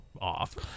off